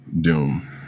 doom